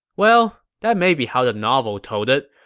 well, that may be how the novel told it,